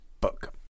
book